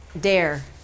dare